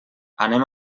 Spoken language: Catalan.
anem